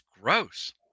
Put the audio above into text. gross